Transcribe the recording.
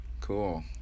Cool